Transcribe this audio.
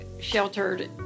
sheltered